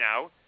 now